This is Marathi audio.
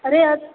अरे अस्